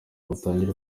batangire